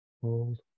Hold